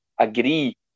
Agree